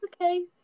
okay